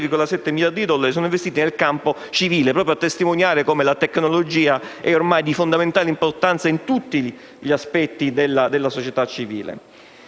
Grazie